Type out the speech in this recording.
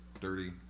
dirty